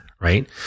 right